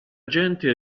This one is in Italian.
gente